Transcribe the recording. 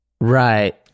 Right